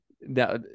Now